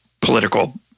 political